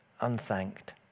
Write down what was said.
unthanked